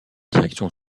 direction